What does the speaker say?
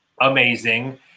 amazing